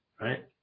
right